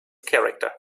character